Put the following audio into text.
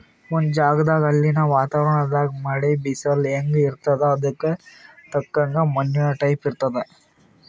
ಒಂದ್ ಜಗದಾಗ್ ಅಲ್ಲಿನ್ ವಾತಾವರಣದಾಗ್ ಮಳಿ, ಬಿಸಲ್ ಹೆಂಗ್ ಇರ್ತದ್ ಅದಕ್ಕ್ ತಕ್ಕಂಗ ಮಣ್ಣಿನ್ ಟೈಪ್ ಇರ್ತದ್